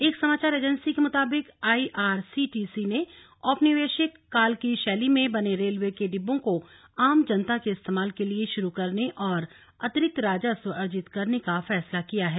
एक समाचार एजेंसी के मुताबिक I R C T C ने औपनिवेशिक काल की शैली में बने रेलवे के डिब्बों को आम जनता के इस्तेमाल के लिए शुरू करने और अतिरिक्त राजस्व अर्जित करने का फैसला किया है